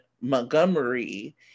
Montgomery